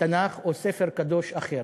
תנ"ך או ספר קדוש אחר.